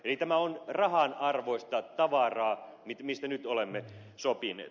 tämä on rahanarvoista tavaraa mistä nyt olemme sopineet